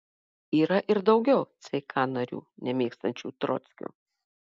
yra ir daugiau ck narių nemėgstančių trockio